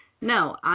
No